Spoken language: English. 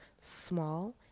small